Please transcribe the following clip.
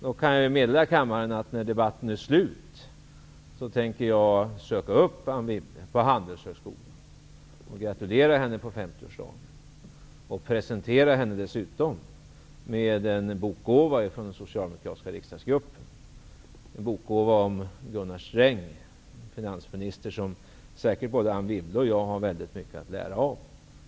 Då kan jag meddela kammaren att när debatten är slut tänker jag söka upp Anne Wibble på Handelshögskolan, gratulera henne på 50 årsdagen och presentera henne en gåva från den socialdemokratiska riksdagsgruppen, en bokgåva om Gunnar Sträng, en finansminister som säkert både Anne Wibble och jag har väldigt mycket att lära av.